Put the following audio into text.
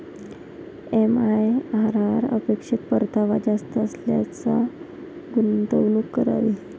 MIRR अपेक्षित परतावा जास्त असल्यास गुंतवणूक करावी